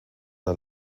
der